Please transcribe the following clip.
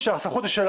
שר